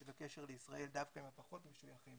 וקשר עם ישראל דווקא עם הפחות משויכים